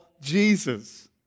Jesus